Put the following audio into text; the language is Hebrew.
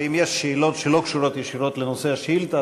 אם יש שאלות שלא קשורות ישירות לנושא השאילתה,